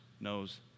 knows